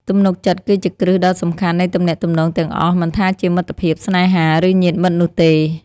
ទំនុកចិត្ត គឺជាគ្រឹះដ៏សំខាន់នៃទំនាក់ទំនងទាំងអស់ មិនថាជាមិត្តភាព ស្នេហា ឬញាតិមិត្តនោះទេ។